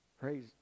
praise